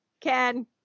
Ken